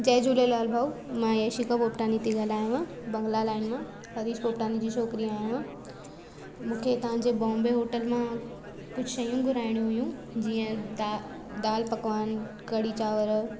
जय झूलेलाल भाउ मां यशिका पोपटानी थी ॻाल्हायांव बंग्ला लाइन मां हरीश पोपटानी जी छोकिरी आहियां मां मूंखे तव्हांजे बॉम्बे होटल मां कुझु शयूं घुराइणी हुइयूं जीअं दालि पकवान कढ़ी चांवर